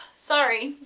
sorry,